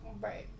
Right